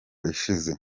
ishize